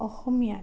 অসমীয়াত